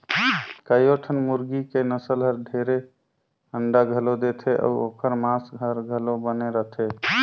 कयोठन मुरगी के नसल हर ढेरे अंडा घलो देथे अउ ओखर मांस हर घलो बने रथे